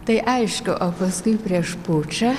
tai aišku o paskui prieš pučą